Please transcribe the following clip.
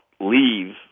leave